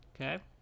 okay